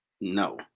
no